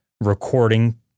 recording